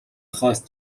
خواست